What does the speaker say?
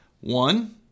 One